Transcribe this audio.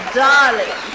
darling